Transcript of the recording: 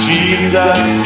Jesus